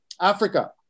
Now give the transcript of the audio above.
Africa